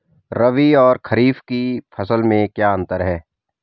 रबी और खरीफ की फसल में क्या अंतर है?